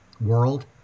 world